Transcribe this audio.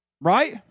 Right